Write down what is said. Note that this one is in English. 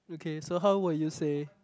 okay so how will you say